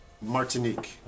Martinique